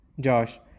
Josh